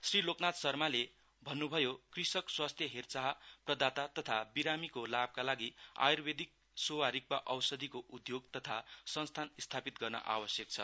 श्री लोकनाथ शर्माले भन्नुभयो कृषक स्वास्थ्य हेरचाह प्रदाता तथा बीरामीको लाभका लागि आयुर्वेदिक सोवा रिकपा औषधिको उद्घोग तथा संस्थान स्थापित गर्न आवश्यक छ